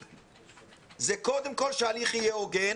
עמוק זה קודם כל שההליך יהיה הוגן